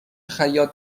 خیاط